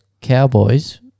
Cowboys